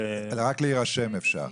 רק להירשם אפשר,